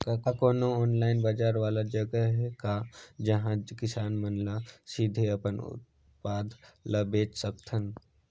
का कोनो ऑनलाइन बाजार वाला जगह हे का जहां किसान मन ल सीधे अपन उत्पाद ल बेच सकथन?